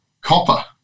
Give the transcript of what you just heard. copper